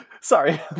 Sorry